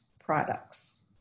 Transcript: products